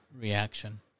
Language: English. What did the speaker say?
reaction